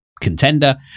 contender